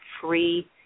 free